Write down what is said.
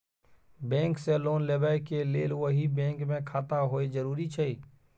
Bank से loan लेबै के लेल वही बैंक मे खाता होय जरुरी छै?